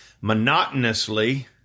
monotonously